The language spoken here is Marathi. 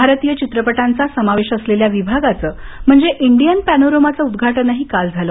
भारतीय चित्रपटांचा समावेश असलेल्या विभागाचे म्हणजे इंडियन पॅनोरमाचे उद्वाटनही काल झाले